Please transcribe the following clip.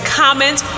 comment